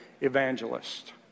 evangelist